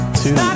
two